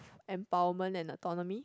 empowerment and autonomy